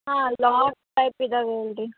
ಹಾಂ lodge type ಇದಾವ ಹೇಳ್ರಿ